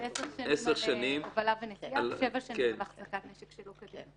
זה עונש של 10 שנים על הובלה ונשיאה ושבע שנים על החזקה נשק שלא כדין.